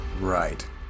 Right